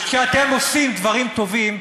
כשאתם עושים דברים טובים,